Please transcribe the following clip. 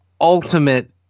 ultimate